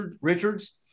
Richards